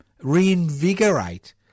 reinvigorate